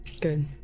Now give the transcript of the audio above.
Good